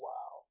Wow